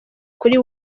kuri